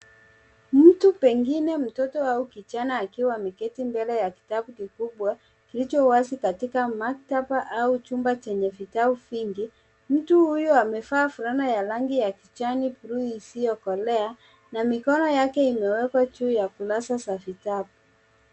Mtu pengine mtoto au kijana akiwa ameketi mbele ya kitabu kikubwa kilicho wazi katika maktaba au chumba chenye vitabu vingi .Mtu huyo amevaa fulana ya rangi ya kijani bluu isiyokolea na mikono yake imewekwa juu ya kurasa za vitabu.